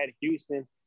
Houston